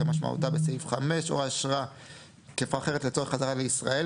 כמשמעותה בסעיף 5 או אשרה תקפה אחרת לצורך חזרה לישראל,